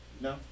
No